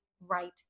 right